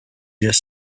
this